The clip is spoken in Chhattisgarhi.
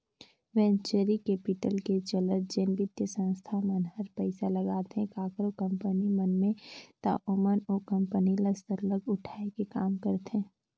वेंचरी कैपिटल के चलत जेन बित्तीय संस्था मन हर पइसा लगाथे काकरो कंपनी मन में ता ओमन ओ कंपनी ल सरलग उठाए के काम करथे